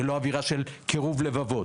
לא אוירה של קירוב לבבות.